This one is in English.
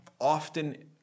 often